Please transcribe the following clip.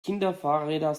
kinderfahrräder